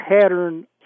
pattern